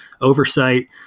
oversight